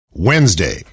Wednesday